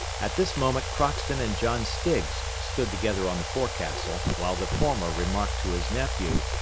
at this moment crockston and john stiggs stood together on the forecastle, while the former remarked to his nephew,